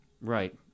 Right